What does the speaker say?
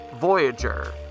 Voyager